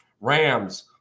Rams